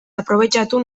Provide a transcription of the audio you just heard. aprobetxatu